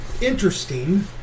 interesting